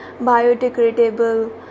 biodegradable